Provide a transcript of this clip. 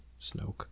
Snoke